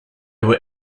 were